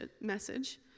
message